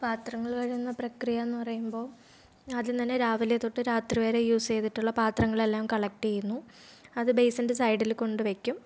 പാത്രങ്ങൾ കഴുകുന്ന പ്രക്രിയ എന്ന് പറയുമ്പോൾ ആദ്യം തന്നെ രാവിലെ തൊട്ട് രാത്രി വരെ യൂസ് ചെയ്തിട്ടുള്ള പാത്രങ്ങളെല്ലാം കളക്റ്റ് ചെയ്യുന്നു അത് ബെയ്സിൻ്റെ സൈഡിൽ കൊണ്ടു വെക്കും